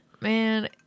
Man